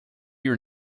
your